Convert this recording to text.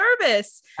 service